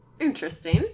Interesting